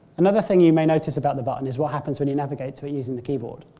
another thing you may notice about the button is what happens when you navigate to it using the keyboard.